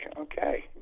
okay